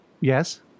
Yes